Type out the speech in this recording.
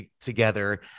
together